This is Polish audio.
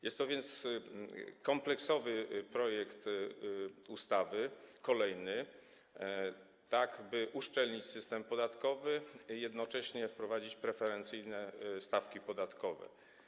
Jest to więc kompleksowy projekt ustawy, kolejny, tak by uszczelnić system podatkowy, a jednocześnie wprowadzić preferencyjne stawki podatkowe.